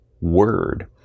word